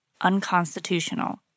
unconstitutional